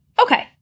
Okay